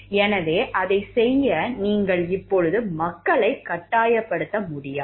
எனவே அதைச் செய்ய நீங்கள் இப்போது மக்களைக் கட்டாயப்படுத்த முடியாது